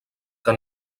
que